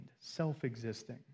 self-existing